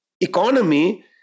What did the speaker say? economy